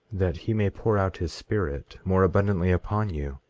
that he may pour out his spirit more abundantly upon you?